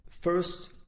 first